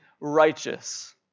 righteous